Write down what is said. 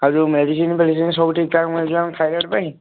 ଆଉ ଯେଉଁ ମେଡ଼ିସିନ୍ ଫେଡ଼ିସିନ ସବୁ ଠିକ୍ଠାକ୍ ମିଳୁଛି ନା ଆମ ଥାଇରଏଡ଼ ପାଇଁ